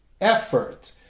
effort